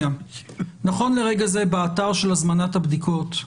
נכון לרגע זה באתר של הזמנת הבדיקות,